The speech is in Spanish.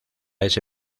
ese